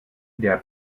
der